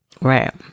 Right